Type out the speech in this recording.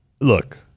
look